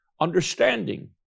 understanding